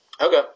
okay